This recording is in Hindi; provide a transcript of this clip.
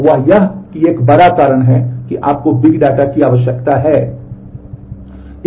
वह यह है कि एक बड़ा कारण यह है कि आपको बिग डाटा की आवश्यकता है